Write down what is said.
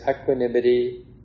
equanimity